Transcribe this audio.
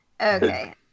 Okay